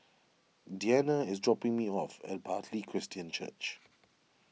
Deanna is dropping me off at Bartley Christian Church